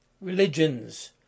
Religions